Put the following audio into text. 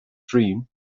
dream